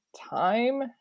time